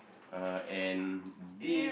uh and this